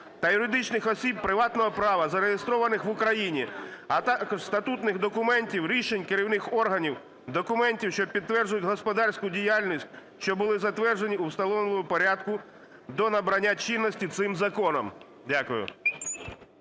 та юридичних осіб приватного права, зареєстрованих в Україні, а також статутних документів, рішень керівних органів, документів, що підтверджують господарську діяльність, що були затверджені у встановленому порядку до набрання чинності цим законом". Дякую.